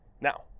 Now